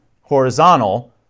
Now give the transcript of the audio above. horizontal